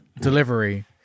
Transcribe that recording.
delivery